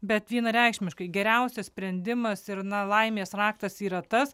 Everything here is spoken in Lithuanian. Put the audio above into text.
bet vienareikšmiškai geriausias sprendimas ir na laimės raktas yra tas